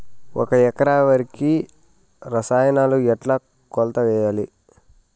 ఒక ఎకరా వరికి రసాయనాలు ఎట్లా కొలత వేయాలి?